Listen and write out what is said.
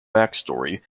backstory